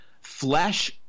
flesh